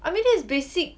I mean this is basic